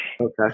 Okay